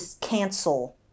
cancel